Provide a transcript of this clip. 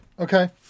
Okay